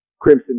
Crimson